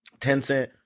Tencent